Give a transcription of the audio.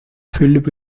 filled